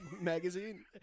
magazine